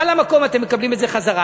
על המקום אתם מקבלים את זה חזרה.